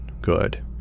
good